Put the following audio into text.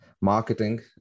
marketing